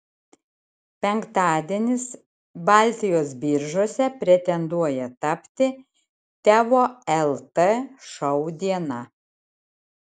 penktadienis baltijos biržose pretenduoja tapti teo lt šou diena